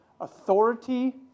authority